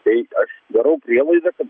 tai aš darau prielaidą kad